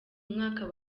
mwaka